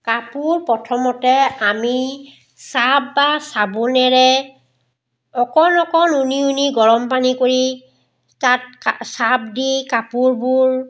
কাপোৰ প্ৰথমতে আমি ছাৰ্ফ বা চাবোনেৰে অকণ অকণ উমি উমি গৰম পানী কৰি তাত কা ছাৰ্ফ দি কাপোৰবোৰ